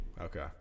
Okay